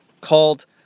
called